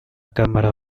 cámara